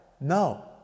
No